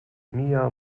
mia